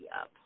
up